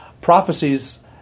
Prophecies